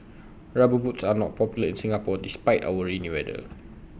rubber boots are not popular in Singapore despite our rainy weather